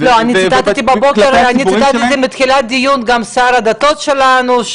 --- אני ציטטתי בבוקר בתחילת הדיון גם את שר הדתות שלנו,